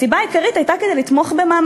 הסיבה העיקרית להצבעתם הייתה רצונם לתמוך במעמד